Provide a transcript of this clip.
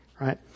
right